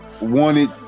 wanted